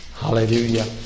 Hallelujah